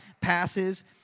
passes